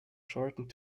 shortened